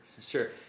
sure